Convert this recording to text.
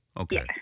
okay